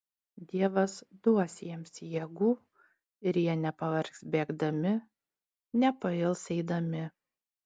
dievas duos jiems jėgų ir jie nepavargs bėgdami nepails eidami